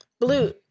Blue